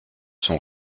sont